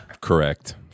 Correct